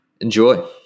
Enjoy